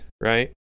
right